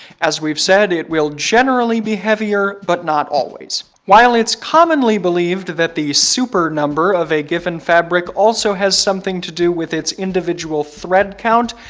as we've said, it will generally be heavier but not always. while it's commonly believed that the super number of a given fabric also has something to do with its individual thread count,